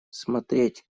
смотреть